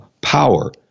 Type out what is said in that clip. power